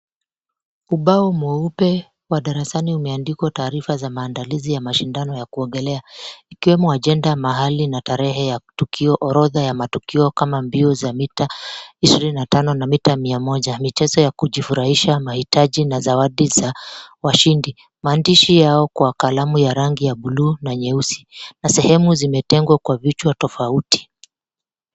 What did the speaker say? Ubao mweupe wa darasani umeandikwa taarifa za maandalizi ya mashindano ya kuogelea ikiwemo ajenda mahali na tarehe ya tukio, orodha ya matukio kama mbio za mita ishirini na tano na mita mia moja, michezo ya kujifurahisha, mahitaji na zawadi za washindi. Maandishi yao kwa kalamu ya rangi ya blue na nyeusi na sehemu zimetengwa kwa vichwa tofauti.